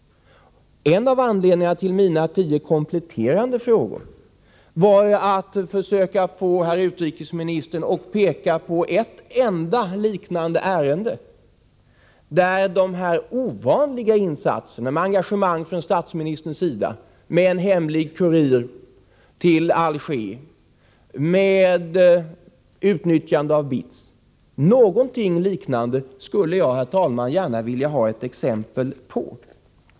En av anledningarna till mina tio kompletterande frågor var att jag ville försöka få herr utrikesministern att peka på ett enda liknande ärende med sådana här ovanliga insatser — med engagemang från statsministerns sida, med en hemlig kurir till Alger och med utnyttjande av BITS. Någonting liknande skulle jag, herr talman, alltså gärna vilja ha exempel på.